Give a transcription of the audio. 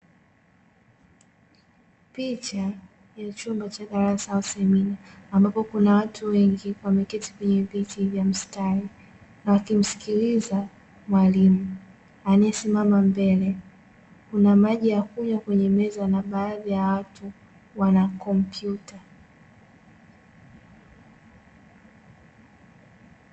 Picha ya chumba cha darasa au semina ambapo kuna watu wengi wameketi kwenye viti vya mstari na wakimsikiliza mwalimu aliesimama mbele, kuna maji ya kunywa kwenye meza na baadhi ya watu wana kompyuta.